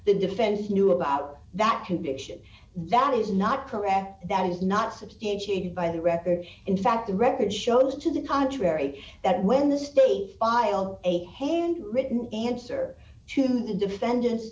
the defense knew about that conviction that is not correct that is not substantiated by the record in fact the record shows to the contrary that when the state file a hand written answer to the defendant's